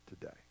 today